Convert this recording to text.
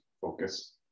focus